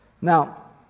Now